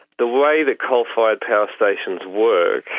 the way that coal-fired power stations work,